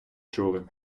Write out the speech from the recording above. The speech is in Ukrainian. чули